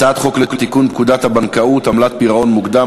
הצעת חוק לתיקון פקודת הבנקאות (עמלת פירעון מוקדם),